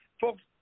Folks